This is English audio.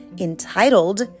entitled